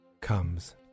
comes